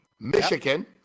Michigan